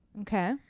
Okay